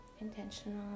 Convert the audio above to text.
intentional